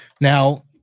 Now